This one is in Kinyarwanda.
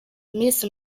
miss